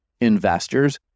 investors